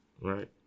Right